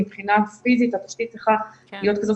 מבחינה פיזית התשתית צריכה להיות כזאת